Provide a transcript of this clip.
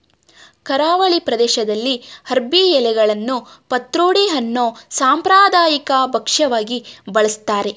ಕರಾವಳಿ ಪ್ರದೇಶ್ದಲ್ಲಿ ಅರ್ಬಿ ಎಲೆಗಳನ್ನು ಪತ್ರೊಡೆ ಅನ್ನೋ ಸಾಂಪ್ರದಾಯಿಕ ಭಕ್ಷ್ಯವಾಗಿ ಬಳಸ್ತಾರೆ